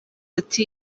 ati